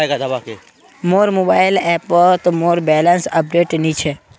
मोर मोबाइल ऐपोत मोर बैलेंस अपडेट नि छे